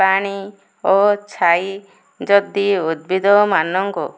ପାଣି ଓ ଛାଇ ଯଦି ଉଦ୍ଭିଦମାନଙ୍କୁ